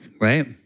Right